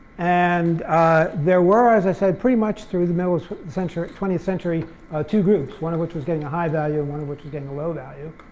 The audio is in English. and there were, as i said, pretty much through the middle of the twentieth century two groups, one of which was getting a high value, and one of which was getting a low value.